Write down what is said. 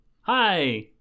Hi